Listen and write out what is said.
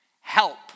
Help